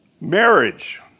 marriage